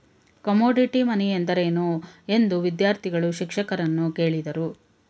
Commodity money ಎಂದರೇನು? ಎಂದು ವಿದ್ಯಾರ್ಥಿಗಳು ಶಿಕ್ಷಕರನ್ನು ಕೇಳಿದರು